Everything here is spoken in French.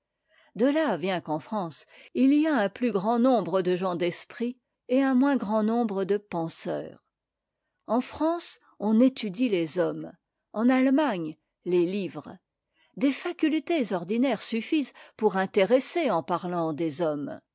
de là vient qu'en france il y a un plus grand nombre de gens d'esprit et un moins grand nombre de penseurs en france on étudie les hommes en allemagne les livres des facuttés ordinaires sufusent pour intéresser en parlant des hommes